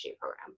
program